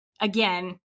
again